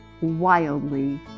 wildly